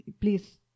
please